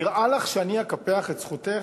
נראה לך שאני אקפח את זכותך?